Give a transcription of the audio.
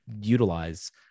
utilize